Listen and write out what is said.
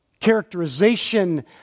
characterization